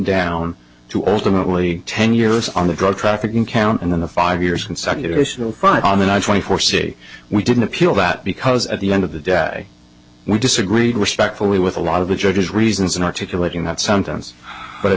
down to ultimately ten years on the drug trafficking count and then the five years consecutive issue but on an i twenty four c we didn't appeal that because at the end of the day we disagreed respectfully with a lot of the judge's reasons in articulating that sometimes but at